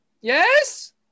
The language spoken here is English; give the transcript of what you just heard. Yes